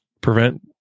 prevent